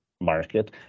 market